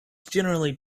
generally